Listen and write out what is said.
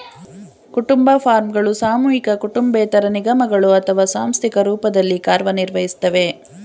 ಕುಟುಂಬ ಫಾರ್ಮ್ಗಳು ಸಾಮೂಹಿಕ ಕುಟುಂಬೇತರ ನಿಗಮಗಳು ಅಥವಾ ಸಾಂಸ್ಥಿಕ ರೂಪದಲ್ಲಿ ಕಾರ್ಯನಿರ್ವಹಿಸ್ತವೆ